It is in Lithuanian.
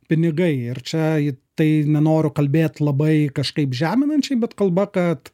pinigai ir čia tai nenoriu kalbėt labai kažkaip žeminančiai bet kalba kad